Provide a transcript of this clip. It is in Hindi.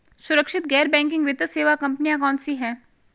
सुरक्षित गैर बैंकिंग वित्त सेवा कंपनियां कौनसी हैं?